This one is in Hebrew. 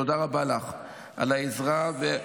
תודה רבה לך על העזרה ועל